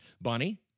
Bonnie